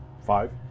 Five